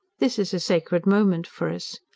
this is a sacred moment for us.